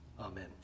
amen